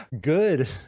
good